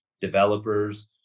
developers